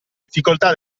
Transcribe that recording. difficoltà